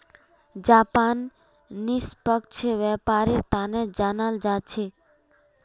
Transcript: Japan निष्पक्ष व्यापारेर तने जानाल जा छेक